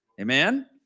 Amen